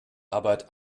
arbeit